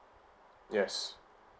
yes